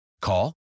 Call